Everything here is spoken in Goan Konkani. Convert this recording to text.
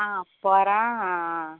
आं पोरा आं आं